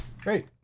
Great